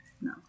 No